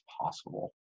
possible